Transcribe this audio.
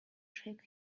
shake